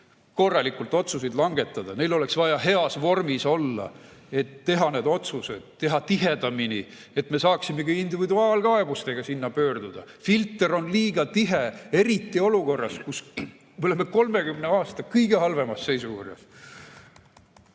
korralikult otsuseid langetada. Neil oleks vaja heas vormis olla, et teha need otsused, teha tihedamini, et me saaksime ka individuaalkaebustega sinna pöörduda. Filter on liiga tihe, eriti olukorras, kus me oleme 30 aasta kõige halvemas seisukorras. Peaminister